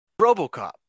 Robocop